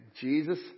Jesus